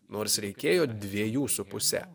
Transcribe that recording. nors reikėjo dviejų su puse